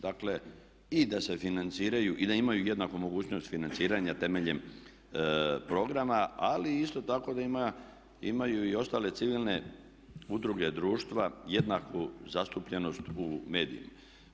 Dakle i da se financiraju i da imaju jednaku mogućnost financiranja temeljem programa ali isto tako da imaju i ostale civilne udruge društva jednaku zastupljenost u medijima.